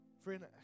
Friend